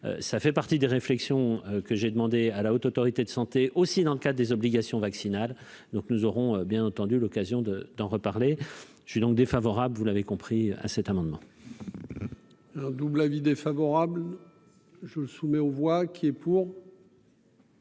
ça fait partie des réflexions que j'ai demandé à la Haute autorité de santé aussi dans le cas des obligations vaccinales, donc nous aurons bien entendu l'occasion de d'en reparler, je suis donc défavorable, vous l'avez compris à cet amendement. Un double avis défavorable, je le soumets aux voix qui est pour.